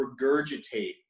regurgitate